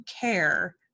care